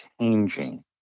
changing